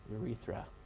urethra